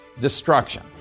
destruction